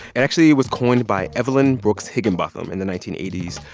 and actually, it was coined by evelyn brooks higginbotham in the nineteen eighty s.